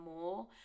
more